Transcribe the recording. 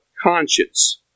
conscience